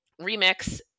Remix